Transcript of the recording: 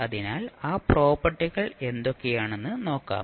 അതിനാൽ ആ പ്രോപ്പർട്ടികൾ എന്തൊക്കെയാണെന്ന് നോക്കാം